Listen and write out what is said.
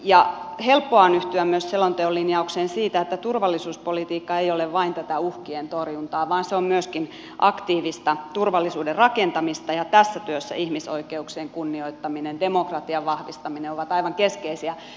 helppoa on yhtyä myös selonteon linjaukseen siitä että turvallisuuspolitiikka ei ole vain tätä uhkien torjuntaa vaan se on myöskin aktiivista turvallisuuden rakentamista ja tässä työssä ihmisoikeuksien kunnioittaminen ja demokratian vahvistaminen ovat aivan keskeisiä